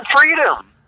freedom